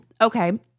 Okay